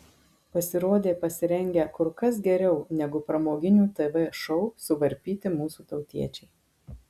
pasirodė pasirengę kur kas geriau negu pramoginių tv šou suvarpyti mūsų tautiečiai